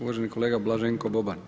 Uvaženi kolega Blaženko Boban.